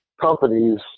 companies –